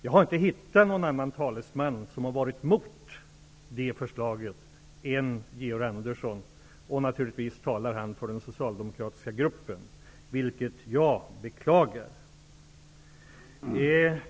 Jag har inte funnit någon annan talesman än Georg Andersson som har varit emot det förslaget. Han talar naturligtvis för den socialdemokratiska gruppen, vilket jag beklagar.